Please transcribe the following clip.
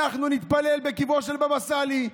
אנחנו נתפלל בקברו של בבא סאלי,